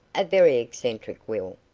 a very eccentric will.